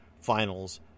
Finals